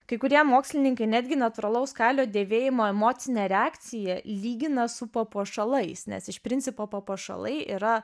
kai kurie mokslininkai netgi natūralaus kailio dėvėjimo emocinę reakciją lygina su papuošalais nes iš principo papuošalai yra